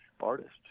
artists